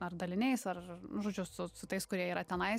ar daliniais ar nu žodžiu su su tais kurie yra tenais